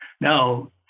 Now